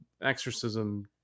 exorcism